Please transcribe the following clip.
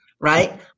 right